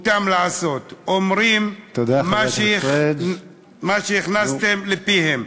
אותם לעשות, אומרים מה שהכנסתם לפיהם.